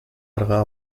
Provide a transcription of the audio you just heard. αργά